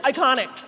Iconic